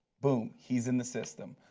boom, he is in the system.